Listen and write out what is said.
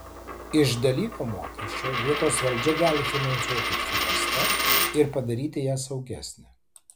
iš dalyvio mokesčio vietos valdžia gali finansuoti fiestą ir padaryti ją saugesnę